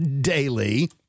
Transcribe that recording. daily